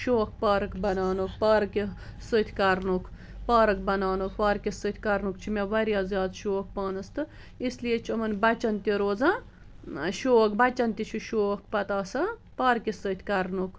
شوق پارک بناونُک پارکہِ سۭتۍ کرنُک چھُ مےٚ واریاہ زیادٕ شوق پانس تہِ اِس لیے چھُ یِمن بچن تہِ روزان شوق بچن تہِ چھُ شوق پتہٕ آسان پارکہِ سۭتۍ کرنُک